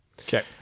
Okay